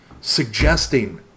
suggesting